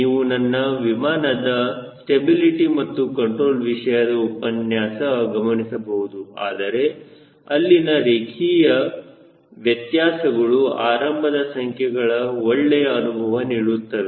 ನೀವು ನನ್ನ ವಿಮಾನದ ಸ್ಟೆಬಿಲಿಟಿ ಮತ್ತು ಕಂಟ್ರೋಲ್ ವಿಷಯದ ಉಪನ್ಯಾಸ ಗಮನಿಸಬೇಕು ಆದರೆ ಇಲ್ಲಿನ ರೇಖೀಯ ವ್ಯತ್ಯಾಸಗಳು ಆರಂಭದ ಸಂಖ್ಯೆಗಳ ಒಳ್ಳೆಯ ಅನುಭವ ನೀಡುತ್ತವೆ